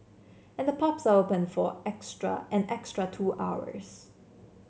and the pubs are open for extra an extra two hours